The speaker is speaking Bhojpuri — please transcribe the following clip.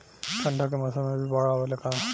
ठंडा के मौसम में भी बाढ़ आवेला का?